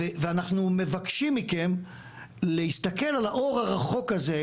אנחנו מבקשים מכם להסתכל על האור הרחוק הזה,